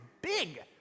big